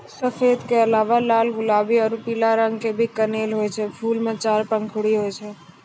सफेद के अलावा लाल गुलाबी आरो पीला रंग के भी कनेल होय छै, फूल मॅ चार पंखुड़ी होय छै